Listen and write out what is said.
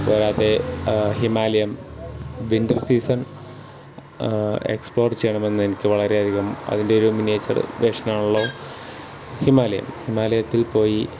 പോരാതെ Himalaya winter season explore ചെയ്യണമെന്ന് എനിക്ക് വളരെയധികം അതിൻ്റെ ഒരു മിനിയേച്ചർ വേഷനാണല്ലോ ഹിമാലയം ഹിമാലയത്തിൽപ്പോയി